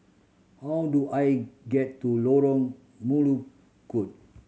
how do I get to Lorong Melukut